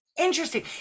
Interesting